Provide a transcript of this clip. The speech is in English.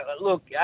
look